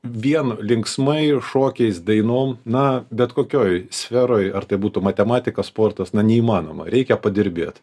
vien linksmai šokiais dainom na bet kokioj sferoje ar tai būtų matematika sportas na neįmanoma reikia padirbėt